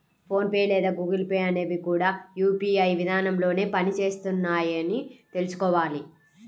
phone pay లేదా Google Pay అనేవి కూడా యూ.పీ.ఐ విధానంలోనే పని చేస్తున్నాయని తెల్సుకోవాలి